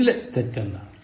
ഇതിലെ തെറ്റ് എന്താണ്